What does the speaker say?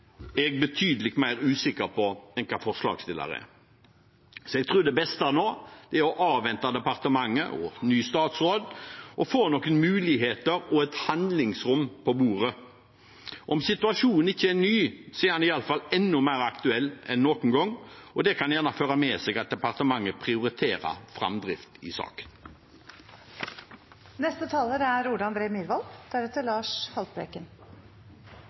er jeg betydelig mer usikker på enn forslagsstillerne er. Så jeg tror det beste nå er å avvente hva departementet og en ny statsråd gjør for å få noen muligheter og et handlingsrom på bordet. Om situasjonen ikke er ny, er den iallfall enda mer aktuell enn noen gang. Det kan gjerne føre med seg at departementet prioriterer framdrift i